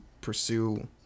pursue